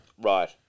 Right